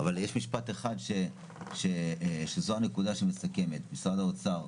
אבל יש משפט אחד שזו הנקודה שמסכמת, משרד האוצר,